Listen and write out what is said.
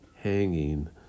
hanging